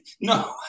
no